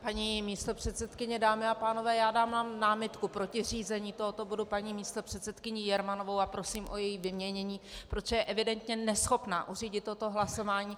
Paní místopředsedkyně, dámy a pánové, dávám námitku proti řízení tohoto bodu paní místopředsedkyní Jermanovou a prosím o její vyměnění, protože je evidentně neschopná uřídit toto hlasování.